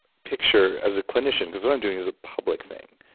picture as a clinician because what i'm doing is a public thing,